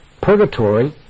Purgatory